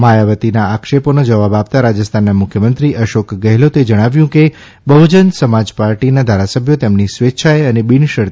માયાવતીના આક્ષેપોનો જવાબ આપતાં રાજસ્થાનના મુખ્યમંત્રી અશોક ગેહલોતે જણાવ્યું કે બહ્જન સમાજપાર્ટીના ધારાસભ્યો તેમની સ્વેચ્છાએ અને બીનશરતી જાડાયા છે